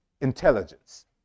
intelligence